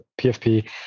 PFP